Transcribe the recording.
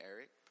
Eric